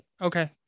Okay